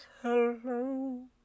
Hello